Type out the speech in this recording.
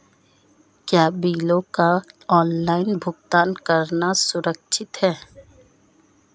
क्या बिलों का ऑनलाइन भुगतान करना सुरक्षित है?